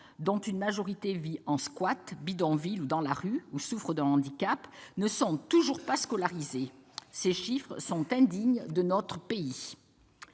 dont une majorité vit en squat, bidonville, dans la rue ou souffre d'un handicap, ne sont toujours pas scolarisés. Ces chiffres sont indignes de notre pays